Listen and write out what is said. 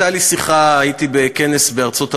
בליל הסדר מזכירים את פרעה, בפורים, את המן הרשע.